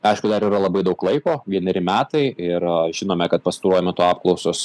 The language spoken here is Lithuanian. aišku dar yra labai daug laiko vieneri metai ir žinome kad pastaruoju metu apklausos